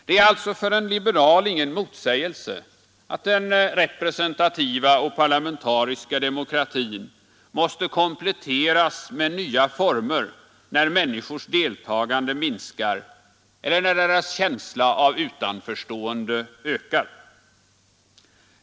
Det är alltså för en liberal ingen motsägelse att den representativa och parlamentariska demokratin måste kompletteras med nya former, när människors deltagande minskar eller när deras känsla av utanförstående ökar.